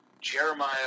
Jeremiah